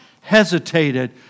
hesitated